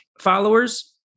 followers